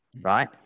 right